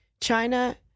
China